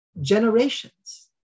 generations